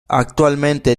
actualmente